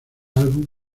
álbum